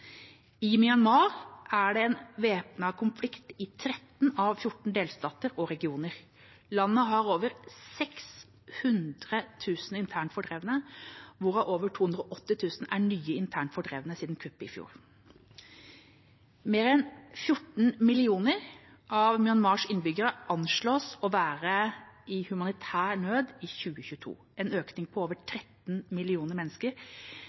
I Myanmar er det væpnet konflikt i 13 av 14 delstater og regioner. Landet har over 600 000 internt fordrevne, hvorav over 280 000 er nye internt fordrevne siden kuppet i fjor. Mer enn 14 millioner av Myanmars innbyggere anslås å være i humanitær nød i 2022, en økning på over 13 millioner mennesker